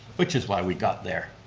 which is why we got there.